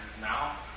now